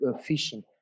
fishing